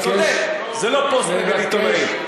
צודק, זה לא פוסט נגד עיתונאים.